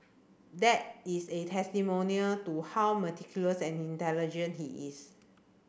that is a testimonial to how meticulous and intelligent he is